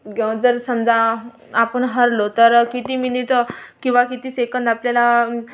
ग जर समजा आपण हारलो तर किती मिनिटं किंवा किती सेकंद आपल्याला